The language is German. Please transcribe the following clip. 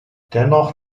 dennoch